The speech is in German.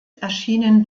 erschienen